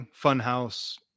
Funhouse